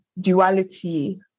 duality